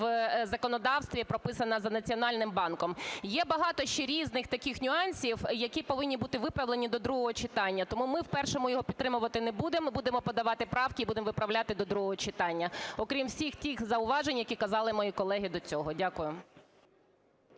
в законодавстві прописана за Національним банком. Є багато ще різних таких нюансів, які повинні бути виправлені до другого читання, тому ми в першому його підтримувати не будемо. Будемо подавати правки і будемо виправляти до другого читання, окрім всіх тих зауважень, які казали мої колеги до цього. Дякую.